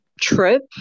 trip